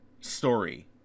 story